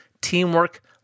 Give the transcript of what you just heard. teamwork